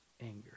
Anger